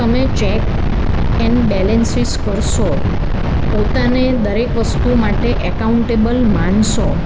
તમે check and balances કરશો પોતાને દરેક વસ્તુ માટે એકાઉન્ટેબલ માનશો